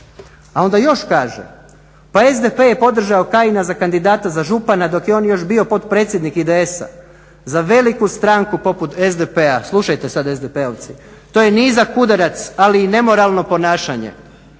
A onda još kaže, pa SDP je podržao Kajina za kandidata za župana dok je on još bio potpredsjednik IDS-a. Za veliku stranku poput SDP-a, slušajte sad SDP-ovci, to je nizak udarac ali i nemoralno ponašanje.